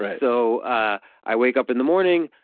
so ah i wake up in the morning,